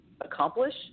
accomplish